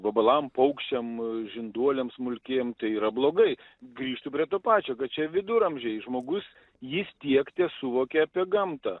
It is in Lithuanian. vabalam paukščiam žinduoliam smulkiem tai yra blogai grįžtu prie to pačio kad čia viduramžiais žmogus jis tiek tesuvokė apie gamtą